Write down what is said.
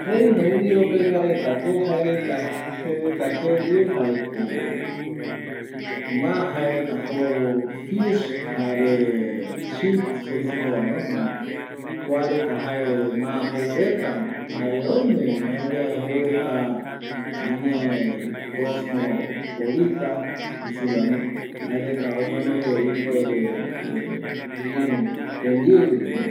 Reino Unido pegua reta jaeko jaereta y jembiu jae fish jei supe reta va jare oime vi añae joureta cosmopolitan iru tembiu ndie no.